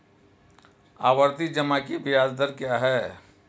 आवर्ती जमा की ब्याज दर क्या है?